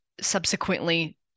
subsequently